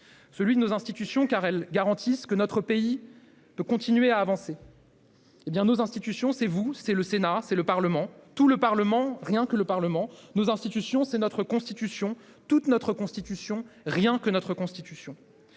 pour nos institutions, car elles garantissent à notre pays de continuer d'avancer. Nos institutions, c'est vous, c'est le Sénat, c'est le Parlement, tout le Parlement, rien que le Parlement. Nos institutions, c'est notre Constitution, toute notre Constitution, rien que notre Constitution.